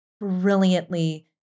brilliantly